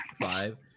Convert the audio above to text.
Five